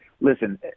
Listen